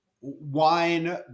wine